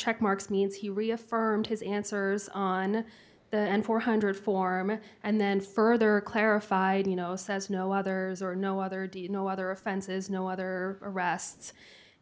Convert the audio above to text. checkmarks means he reaffirmed his answers on the and four hundred form and then further clarified you know says no others or no other do you know other offenses no other arrests